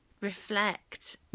reflect